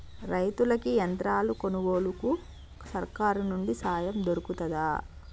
రైతులకి యంత్రాలు కొనుగోలుకు సర్కారు నుండి సాయం దొరుకుతదా?